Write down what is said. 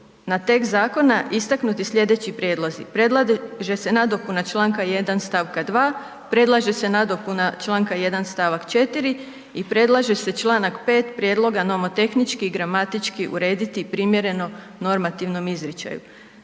na tekst zakona istaknuti slijedeći prijedlozi. Predlaže se nadopuna Članka 1. stavka 2., predlaže se nadopuna Članka 1. stavak 4. i predlaže se Članak 5. prijedloga nomotehnički i gramatički urediti primjereno normativnom izričaju.